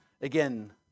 again